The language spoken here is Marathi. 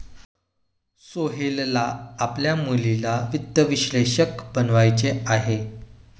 सोहेलला आपल्या मुलीला वित्त विश्लेषक बनवायचे आहे